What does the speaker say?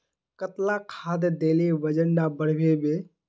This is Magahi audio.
कतला खाद देले वजन डा बढ़बे बे?